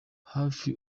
hafi